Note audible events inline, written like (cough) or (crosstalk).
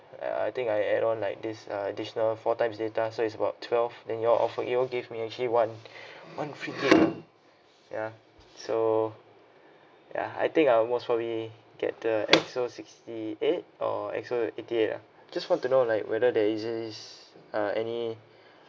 uh I think I add on like this uh additional four times data so it's about twelve then you all offer y'all give me actually one (breath) one free gigabyte ya so ya I think I will most probably get the X_O sixty eight or X_O eighty eight ah just want to know like whether there is this uh any